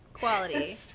Quality